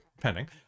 pending